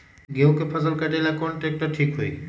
गेहूं के फसल कटेला कौन ट्रैक्टर ठीक होई?